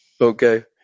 Okay